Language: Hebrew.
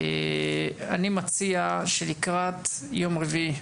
אני מציע שלקראת יום רביעי,